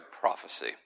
prophecy